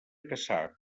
caçar